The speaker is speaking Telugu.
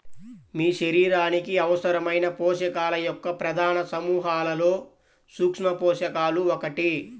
మీ శరీరానికి అవసరమైన పోషకాల యొక్క ప్రధాన సమూహాలలో సూక్ష్మపోషకాలు ఒకటి